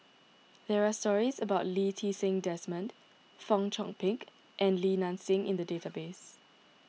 there are stories about Lee Ti Seng Desmond Fong Chong Pik and Li Nanxing in the database